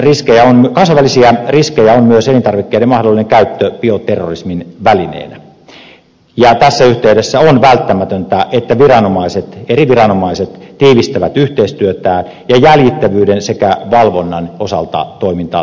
kansainvälisiä riskejä on myös elintarvikkeiden mahdollinen käyttö bioterrorismin välineenä ja tässä yhteydessä on välttämätöntä että eri viranomaiset tiivistävät yhteistyötään ja jäljittävyyden sekä valvonnan osalta toimintaa tehostetaan